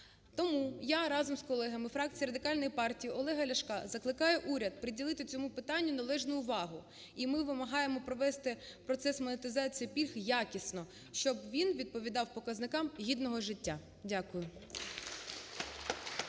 Тому я разом з колегами фракції Радикальної партії Олега Ляшка закликаю уряд приділити цьому питанню належну увагу, і ми вимагаємо провести процес монетизації пільг якісно, щоб він відповідав показникам гідного життя. Дякую.